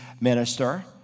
minister